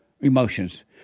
emotions